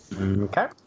Okay